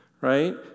right